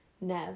Nev